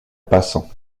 passant